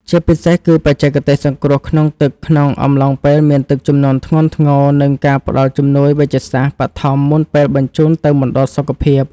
ជាពិសេសគឺបច្ចេកទេសសង្គ្រោះក្នុងទឹកក្នុងអំឡុងពេលមានទឹកជំនន់ធ្ងន់ធ្ងរ និងការផ្ដល់ជំនួយវេជ្ជសាស្ត្របឋមមុនពេលបញ្ជូនទៅមណ្ឌលសុខភាព។